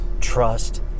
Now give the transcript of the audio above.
trust